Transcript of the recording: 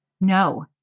No